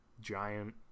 giant